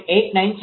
89 છે